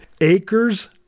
Acres